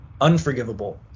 unforgivable